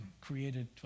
created